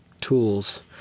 tools